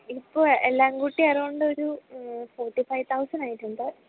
ഇപ്പോൾ എല്ലാം കൂട്ടി ആയതുകൊണ്ട് ഒരു ഫോർട്ടിഫൈവ് തൗസൻഡായിട്ടുണ്ട്